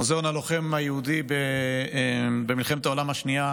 מוזיאון הלוחם היהודי במלחמת העולם השנייה